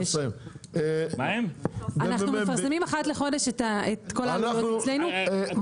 אנחנו מפרסמים אחת לחודש את כל העמלות אצלנו,